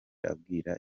abwira